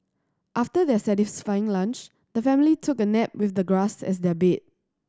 after their satisfying lunch the family took a nap with the grass as their bed